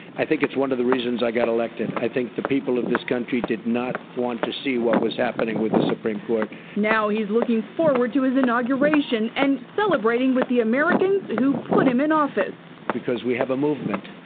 i think it is one of the reasons i got elected. i think the people of this country did not want to see what was happening with the supreme court. jennifer now he is looking forward to his inauguration and celebrating with the americans who put him in office. because we have a movement.